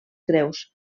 greus